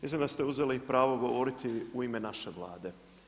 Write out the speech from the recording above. Mislim da ste uzeli pravo govoriti u ime naše Vlade.